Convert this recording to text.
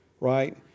right